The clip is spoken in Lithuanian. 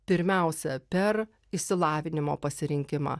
pirmiausia per išsilavinimo pasirinkimą